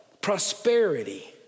Prosperity